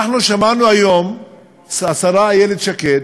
אנחנו שמענו היום את השרה איילת שקד,